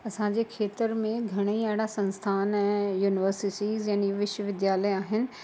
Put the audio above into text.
असांजे खेत्र में घणेईं अहिड़ा संस्थान ऐं यूनिवर्सिटिज़ याने विश्वविद्यालय आहिनि